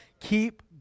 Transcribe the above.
Keep